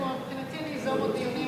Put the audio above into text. מבחינתי אני אזום עוד דיונים,